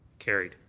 carried.